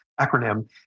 acronym